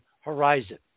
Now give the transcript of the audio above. horizon